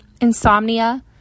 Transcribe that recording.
insomnia